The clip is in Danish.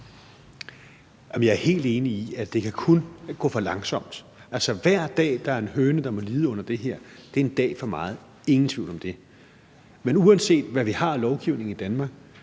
jeg er helt enig i, at det kun kan gå for langsomt. Altså, hver dag, der er en høne, hvor der må lide under det her, er en dag for meget. Ingen tvivl om det. Men uanset hvad vi har af lovgivning i Danmark,